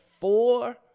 four